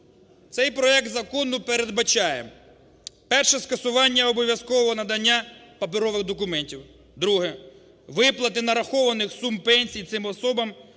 Цей проект закону передбачає: перше – скасування обов'язкового надання паперових документів; друге – виплати нарахованих сум пенсій цим особам